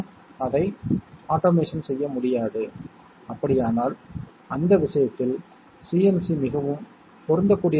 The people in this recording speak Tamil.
திரைப்படம் முதலியன மற்றும் வாசல்காரர் டிக்கெட் கேட்கிறார்